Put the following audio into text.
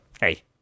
hey